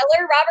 Robert